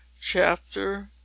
Chapter